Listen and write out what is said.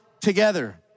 together